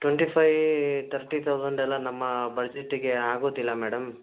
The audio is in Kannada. ಟ್ವೆಂಟಿ ಫೈ ತರ್ಟಿ ತೌಸಂಡ್ ಎಲ್ಲ ನಮ್ಮ ಬಜೆಟ್ಟಿಗೆ ಆಗೋದಿಲ್ಲ ಮೇಡಮ್